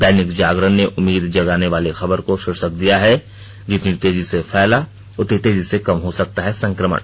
दैनिक जागरण ने उम्मीद जगाने वाली खबर को शीर्षक दिया है जितनी तेजी से फैला उतनी तेजी से कम हो सकता है संक्रमण